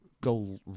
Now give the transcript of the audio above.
go